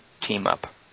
team-up